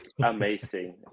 amazing